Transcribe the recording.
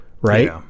right